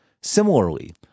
Similarly